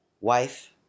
wife